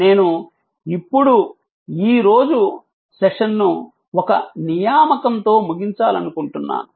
నేను ఇప్పుడు ఈ రోజు సెషన్ను ఒక నియామకంతో ముగించాలనుకుంటున్నాను